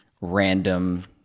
random